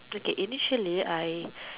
okay initially I